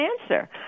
answer